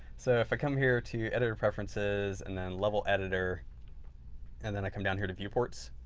so, if i come here to editor preferences and then level editor and then i come down here to viewports,